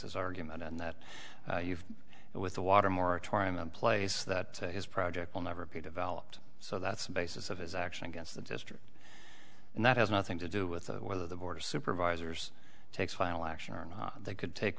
his argument and that you've with the water moratorium in place that his project will never be developed so that's the basis of his action against the district and that has nothing to do with whether the board of supervisors takes final action or not they could take